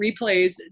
replays